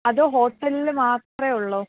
അതോ ഹോട്ടലില് മാത്രമേയുള്ളൂ